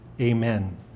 amen